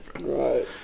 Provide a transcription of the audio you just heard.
Right